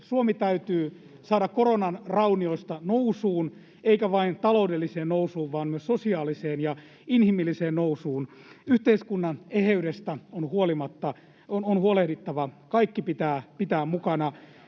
Suomi täytyy saada koronan raunioista nousuun, eikä vain taloudelliseen nousuun vaan myös sosiaaliseen ja inhimilliseen nousuun. Yhteiskunnan eheydestä on huolehdittava, kaikki pitää pitää mukana.